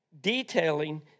detailing